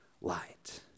light